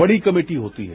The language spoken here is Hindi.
बड़ी कमेटी होती है